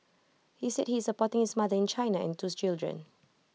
he said he is supporting his mother in China and twos children